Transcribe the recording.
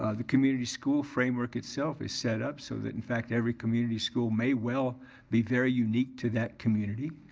ah the community school framework itself is set up so that in fact every community school may well be very unique to that community.